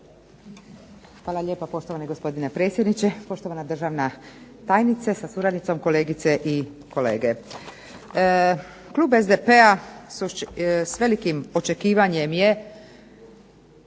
Hvala lijepa, poštovani gospodine predsjedniče. Poštovana državna tajnice sa suradnicom. Kolegice i kolege. Klub SDP-a s velikim očekivanjem je